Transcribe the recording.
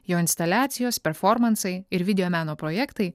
jo instaliacijos performansai ir videomeno projektai